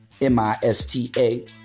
M-I-S-T-A